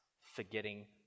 forgetting